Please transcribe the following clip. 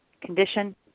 condition